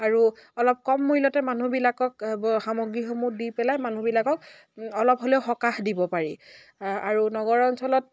আৰু অলপ কম মূলতে মানুহবিলাকক সামগ্ৰীসমূহ দি পেলাই মানুহবিলাকক অলপ হ'লেও সকাহ দিব পাৰি আৰু নগৰ অঞ্চলত